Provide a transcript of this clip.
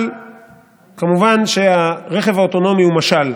אבל כמובן שהרכב האוטונומי הוא משל.